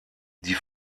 die